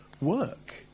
work